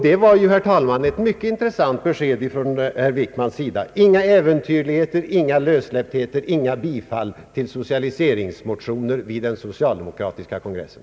Det var, herr talman, ett mycket intressant besked från statsrådet Wickman — inga äventyrligheter, ingen lössläppthet och inga bifall till socialiseringsmotioner vid den socialdemokratiska partikongressen.